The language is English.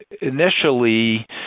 initially